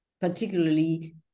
particularly